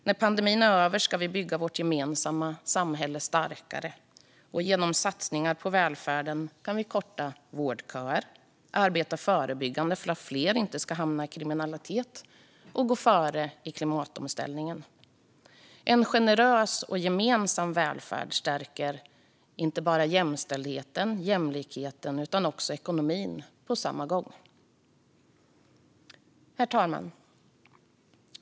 När pandemin är över ska vi bygga vårt gemensamma samhälle starkare, och genom satsningar på välfärden kan vi korta vårdköer, arbeta förebyggande så att fler inte ska hamna i kriminalitet och gå före i klimatomställningen. En generös och gemensam välfärd stärker inte bara jämställdheten och jämlikheten utan också ekonomin på samma gång. Herr talman!